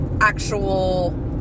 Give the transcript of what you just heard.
actual